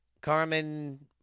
Carmen